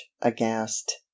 aghast